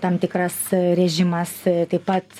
tam tikras režimas taip pat